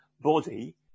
body